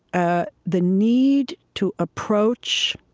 ah the need to approach